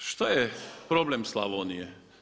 Šta je problem Slavonije?